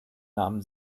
namen